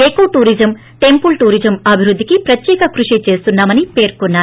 echo tourism temple tourism అభివృద్దికి ప్రత్యేక కృషి చేస్తున్నా మని పేర్కున్నారు